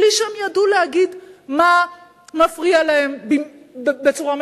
בלי שהם ידעו להגיד מה מפריע להם בצורה מדויקת,